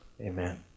amen